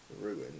ruined